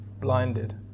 blinded